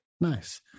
Nice